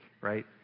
right